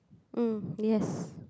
mm yes